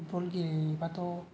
football गेलेबाथ'